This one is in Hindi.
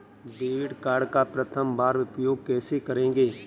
डेबिट कार्ड का प्रथम बार उपयोग कैसे करेंगे?